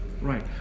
Right